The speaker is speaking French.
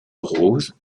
rose